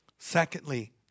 Secondly